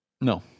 No